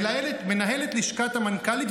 מנהלת לשכת המנכ"לית,